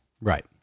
right